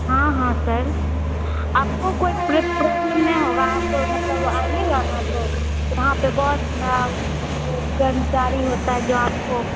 हाँ हाँ सर आपको कोई प्रॉबलम नहीं होगा आप मतलब आइएगा तो यहाँ पर बहुत सा कर्मचारी होता है जो आपको